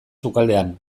sukaldean